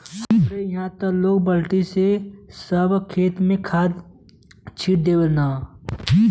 हमरे इहां त लोग बल्टी से सब खेत में खाद छिट देवलन